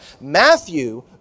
Matthew